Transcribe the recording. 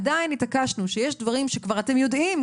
עדיין התעקשנו שיש דברים שאתם כבר יודעים,